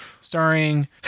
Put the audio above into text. Starring